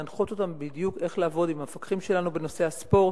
להנחות אותם בדיוק איך לעבוד עם המפקחים שלנו בנושא הספורט,